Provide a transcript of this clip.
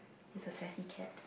it's a sassy cat